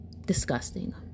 Disgusting